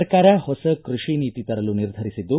ಸರ್ಕಾರ ಹೊಸ ಕೃಷಿ ನೀತಿ ತರಲು ನಿರ್ಧರಿಸಿದ್ದು